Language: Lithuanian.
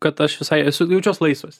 kad aš visai esu jaučiuos laisvas